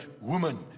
woman